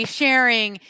sharing